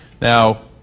Now